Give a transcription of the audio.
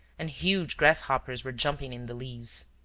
and huge grasshoppers were jumping in the leaves.